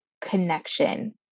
connection